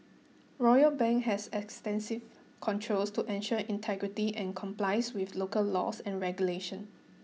Royal Bank has extensive controls to ensure integrity and complies with local laws and regulations